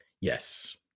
Yes